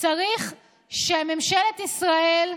צריך שממשלת ישראל,